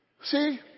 See